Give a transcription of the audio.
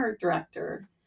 director